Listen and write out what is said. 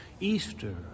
Easter